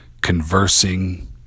conversing